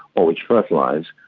or which fertilise,